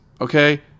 okay